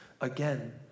again